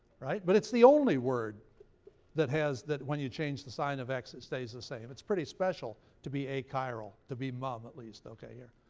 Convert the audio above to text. right? but it's the only word that has that when you change the sign of x it stays the same. it's pretty special to be achiral to be mum, at least, okay, here.